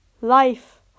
life